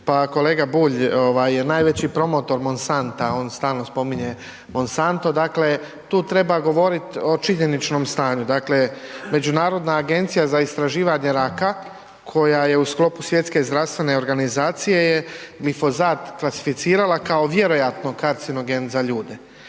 Pa kolega Bulj, ovaj najveći promotor Monsanta, on stalno spominje Monsanto, dakle tu treba govorit o činjeničnom stanju, dakle Međunarodna agencija za istraživanje raka koja je u sklopu Svjetske zdravstvene organizacije je glifozat klasificirala kao vjerojatno karcenogen za ljude,